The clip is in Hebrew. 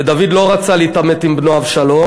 ודוד לא רצה להתעמת עם בנו אבשלום,